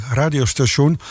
radiostation